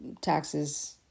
taxes